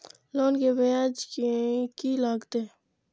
Loan के ब्याज की लागते?